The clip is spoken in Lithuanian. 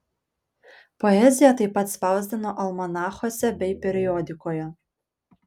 poeziją taip pat spausdino almanachuose bei periodikoje